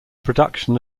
production